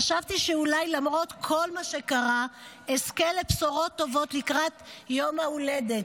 חשבתי שאולי למרות כל מה שקרה אזכה לבשורות טובות לקראת יום ההולדת.